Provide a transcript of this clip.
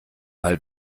mal